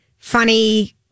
Funny